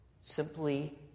simply